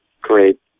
great